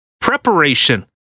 Preparation